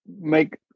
make